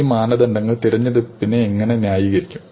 ഈ മാനദണ്ഡങ്ങൾ തിരഞ്ഞെടുപ്പിനെ എങ്ങനെ ന്യായീകരിക്കും